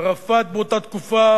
ערפאת באותה תקופה,